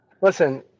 listen